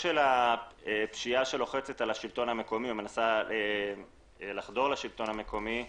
לגבי השפיעה שלוחצת על שלטון המקומי ומנסה לחדור לשלטון המקומי.